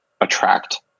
attract